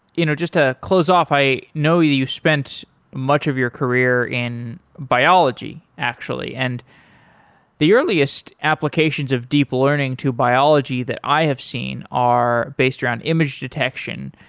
you know just to close off, i know that you spent much of your career in biology actually, and the earliest applications of deep learning to biology that i have seen are based around image detection.